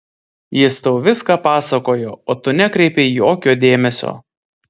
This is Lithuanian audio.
jis tau viską pasakojo o tu nekreipei jokio dėmesio